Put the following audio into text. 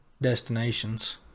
destinations